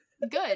Good